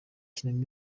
kina